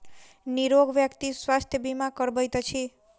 निरोग व्यक्ति स्वास्थ्य बीमा करबैत अछि